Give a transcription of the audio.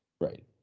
Right